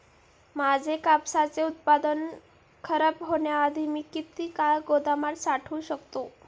माझे कापसाचे उत्पादन खराब होण्याआधी मी किती काळ गोदामात साठवू शकतो?